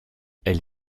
elle